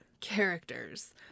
characters